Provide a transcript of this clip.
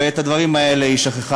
ואת הדברים האלה היא שכחה